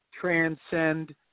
transcend